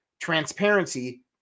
Transparency